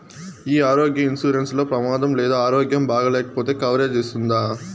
ఈ ఆరోగ్య ఇన్సూరెన్సు లో ప్రమాదం లేదా ఆరోగ్యం బాగాలేకపొతే కవరేజ్ ఇస్తుందా?